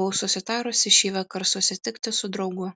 buvau susitarusi šįvakar susitikti su draugu